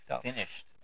finished